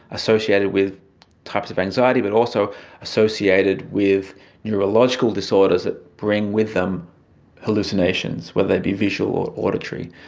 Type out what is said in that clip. associated with types of anxiety, but also associated with neurological disorders that bring with them hallucinations, whether they be visual or auditory.